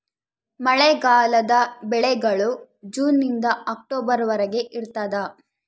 ಮಳೆಗಾಲದ ಬೆಳೆಗಳು ಜೂನ್ ನಿಂದ ಅಕ್ಟೊಬರ್ ವರೆಗೆ ಇರ್ತಾದ